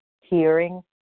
hearing